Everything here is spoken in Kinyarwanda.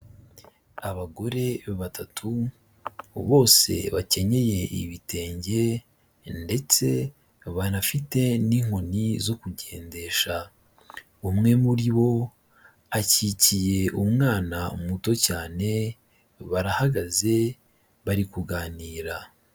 Abagore batatu, bose bakenyeye ibitenge, ndetse banafite n'inkoni zo kugendesha, umwe muri bo akikiye umwana muto cyane, barahagaze bari kuganira.